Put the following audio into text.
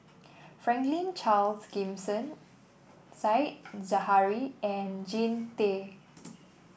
Franklin Charles Gimson Said Zahari and Jean Tay